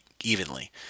evenly